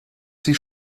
sie